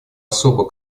особо